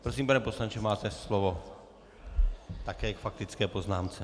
Prosím, pane poslanče, máte slovo také k faktické poznámce.